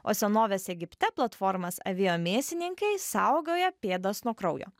o senovės egipte platformas avėjo mėsininkai saugoję pėdas nuo kraujo